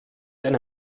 eine